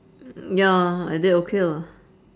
mm ya I did okay lah